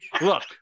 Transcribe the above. look